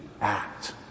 act